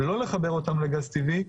לא לחבר אותן לגז טבעי,